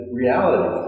reality